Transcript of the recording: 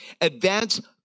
advance